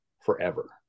forever